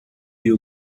you